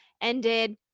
ended